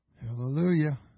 Hallelujah